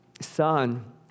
Son